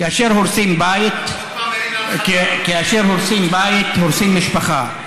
כאשר הורסים בית, הורסים משפחה.